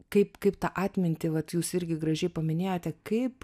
kaip kaip tą atmintį vat jūs irgi gražiai paminėjote kaip